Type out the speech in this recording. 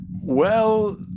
Well